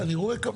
ברור.